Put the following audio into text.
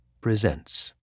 Presents